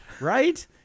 right